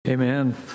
Amen